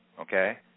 okay